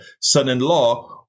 son-in-law